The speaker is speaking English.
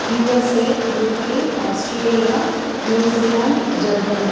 USA UK Australia New Zealand Germany